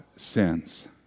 sins